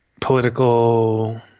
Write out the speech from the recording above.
political –